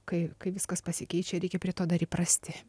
kai kai viskas pasikeičia reikia prie to dar įprasti